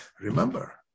Remember